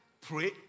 pray